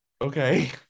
Okay